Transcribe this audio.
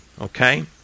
Okay